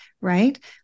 right